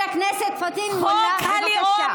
הגזעני, חבר הכנסת פטין מולא, בבקשה.